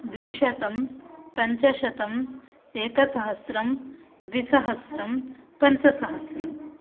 द्विशतं पञ्चशतं एकसहस्रं द्विसहस्रं पञ्चसहस्रं